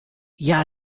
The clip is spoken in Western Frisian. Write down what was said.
hja